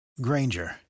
Granger